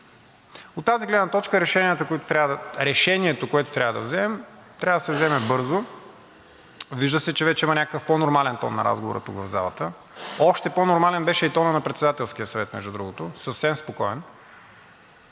От тази гледна точка решението, което трябва да вземем, трябва да се вземе бързо. Вижда се, че вече има някакъв по-нормален тон на разговора тук в залата, още по-нормален беше и тонът на Председателския съвет, между другото, съвсем спокоен.